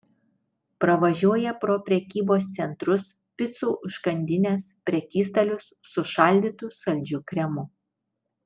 pravažiuoja pro prekybos centrus picų užkandines prekystalius su šaldytu saldžiu kremu